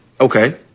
Okay